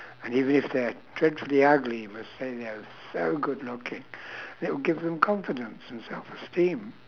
and even if they're dreadfully ugly you must say they're so good looking that will give them confidence and self esteem